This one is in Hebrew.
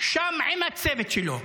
שם עם הצוות שלו,